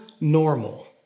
normal